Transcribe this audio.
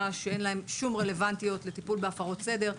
שאין להם שום רלוונטיות לטיפול בהפרות סדר.